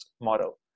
model